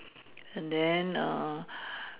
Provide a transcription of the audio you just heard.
and then err